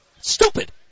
Stupid